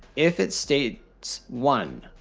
if it states one,